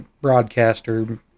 broadcaster